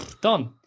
Done